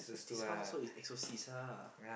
this house also is exorcist ah